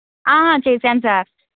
చేసాను సార్